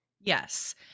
Yes